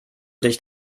dich